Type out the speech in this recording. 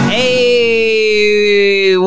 Hey